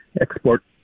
export